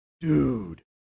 Dude